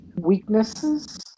weaknesses